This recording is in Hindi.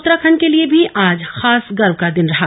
उत्तराखंड के लिए मी आज खास गर्व का दिन रहा